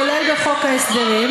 כולל בחוק ההסדרים,